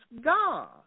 God